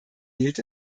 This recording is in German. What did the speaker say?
gilt